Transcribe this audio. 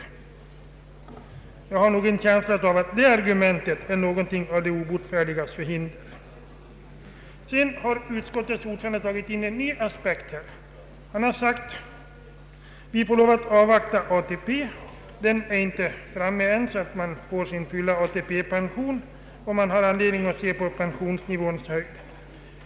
Jag har en känsla av att det argumentet är någonting av de obotfärdigas förhinder. Utskottets ordförande har dragit in en ny aspekt. Han har sagt att vi får lov att avvakta de fulla ATP-pensionerna och att det finns anledning att se på pensionsnivåns höjd.